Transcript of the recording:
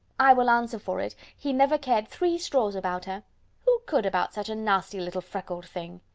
i will answer for it, he never cared three straws about her who could about such a nasty little freckled thing?